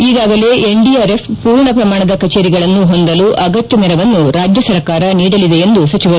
ಈಗಾಗಲೇ ಎನ್ಡಿಆರ್ಎಫ್ ಪೂರ್ಣ ಪ್ರಮಾಣದ ಕಚೇರಿಗಳನ್ನು ಹೊಂದಲು ಅಗತ್ಯ ನೆರವನ್ನು ರಾಜ್ಯ ಸರ್ಕಾರ ನೀಡಲಿದೆ ಎಂದರು